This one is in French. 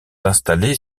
installés